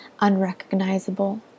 unrecognizable